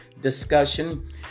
discussion